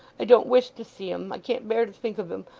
i don't wish to see him. i can't bear to think of him.